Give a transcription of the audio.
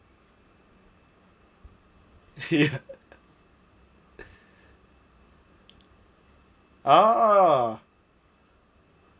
ya ah